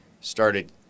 started